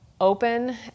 open